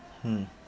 mm